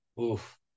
Oof